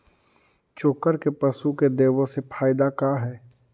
चोकर के पशु के देबौ से फायदा का है?